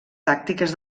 tàctiques